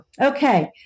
Okay